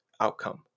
outcome